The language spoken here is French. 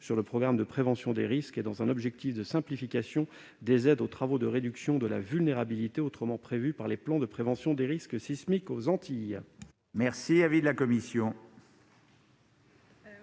sur le programme de prévention des risques, et dans un objectif de simplification, des aides aux travaux de réduction de la vulnérabilité auparavant prévus par les plans de prévention des risques sismiques aux Antilles. Quel est l'avis de la commission